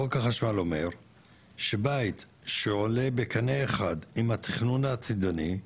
חוק החשמל אומר שבית שעולה בקנה אחד עם התכנון העתידני,